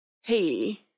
Hey